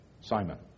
Simon